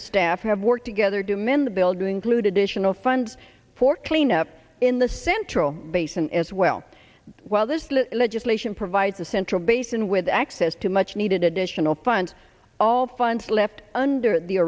staff have worked together doom in the building clued additional funds for cleanup in the central basin as well while this legislation provides a central basin with access to much needed additional funds all funds left under the